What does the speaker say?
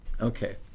Okay